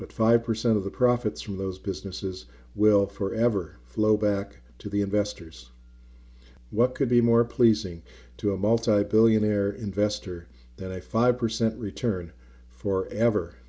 but five percent of the profits from those businesses will forever flow back to the investors what could be more pleasing to a multi billionaire investor that a five percent return for ever